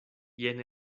jen